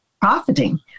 profiting